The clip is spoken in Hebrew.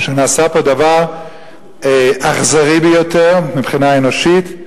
שנעשה פה דבר אכזרי ביותר מבחינה אנושית,